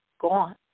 gone